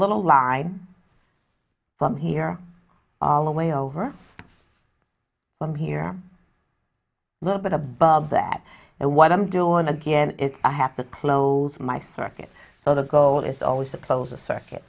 little line from here all the way over from here a little bit above that and what i'm doing again it's i have to close my circuit so the goal is always a close a circuit